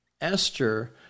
Esther